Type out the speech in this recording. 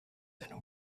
and